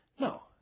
No